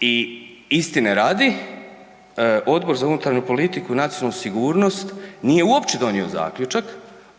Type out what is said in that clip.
I istine radi, Odbor za unutarnju politiku i nacionalnu sigurnost nije uopće donio zaključak